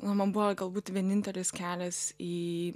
na man buvo galbūt vienintelis kelias į